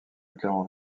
clermont